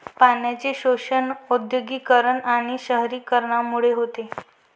पाण्याचे शोषण औद्योगिकीकरण आणि शहरीकरणामुळे होते